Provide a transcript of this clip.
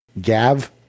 Gav